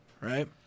right